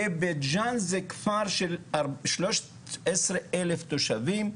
ובית ג'ן זה כפר של 13,000 תושבים,